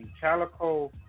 Calico